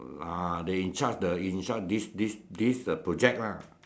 ah they in charge the in charge this this uh project lah